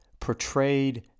portrayed